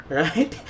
right